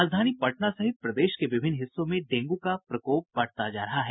राजधानी पटना सहित प्रदेश के विभिन्न हिस्सों में डेंगू का प्रकोप बढ़ता जा रहा है